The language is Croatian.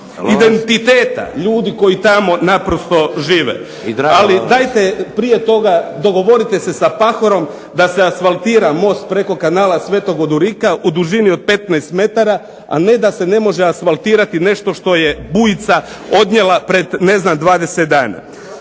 identiteta ljudi koji tamo naprosto žive. Ali dajte prije toga dogovorite se sa Pahorom da se asfaltira most preko Kanala sv. Odurika u dužini od 15 metara, a ne da se ne može nešto asfaltirati nešto što je bujica odnijela pred 20 dana.